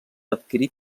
adquirir